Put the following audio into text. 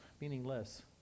meaningless